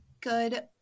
good